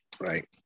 right